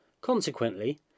Consequently